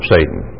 Satan